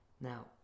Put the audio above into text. Now